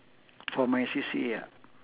for my C_C_A ah